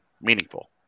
meaningful